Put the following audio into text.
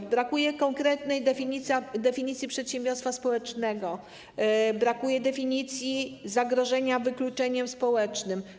Np. brakuje konkretnej definicji przedsiębiorstwa społecznego, brakuje definicji zagrożenia wykluczeniem społecznym.